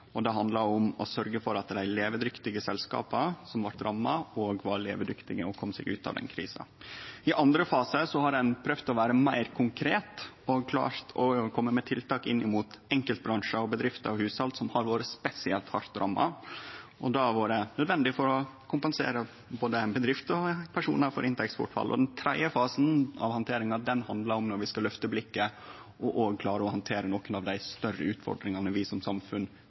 og det handlar om å sørgje for at dei levedyktige selskapa som blei ramma, var levedyktige og kom seg ut av den krisa. I andre fase har ein prøvd å vere meir konkret og har klart å kome med tiltak inn mot enkeltbransjar og bedrifter og hushald som har vore spesielt hardt ramma, og det har vore nødvendig for å kompensere både bedrifter og personar for inntektsbortfall. Og den tredje fasen av handteringa handlar om når vi skal løfte blikket og klare å handtere nokre av dei større utfordringane vi som samfunn